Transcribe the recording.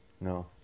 No